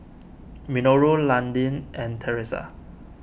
Minoru Landin and theresa